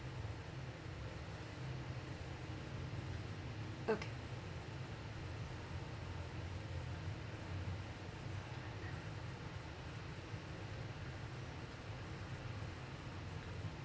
okay